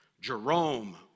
Jerome